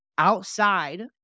Outside